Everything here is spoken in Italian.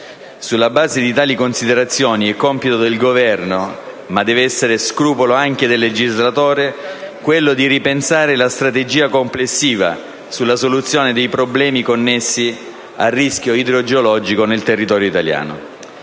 Sulla base di tali considerazioni è compito del Governo, ma deve essere scrupolo anche del legislatore, ripensare la strategia complessiva sulla soluzione dei problemi connessi al rischio idrogeologico nel territorio italiano.